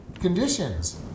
conditions